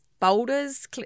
folders